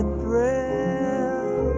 thrill